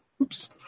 oops